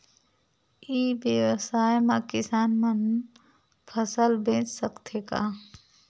ई व्यवसाय म किसान मन फसल बेच सकथे का?